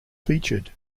featured